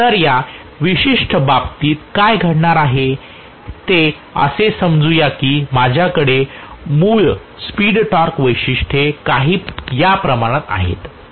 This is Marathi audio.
तर या विशिष्ट बाबतीत काय घडणार आहे ते असे समजूया की माझ्याकडे मूळ स्पीड टॉर्क वैशिष्ट्ये काही या प्रमाणात आहेत